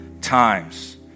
times